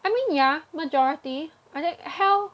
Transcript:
I mean ya majority I think hell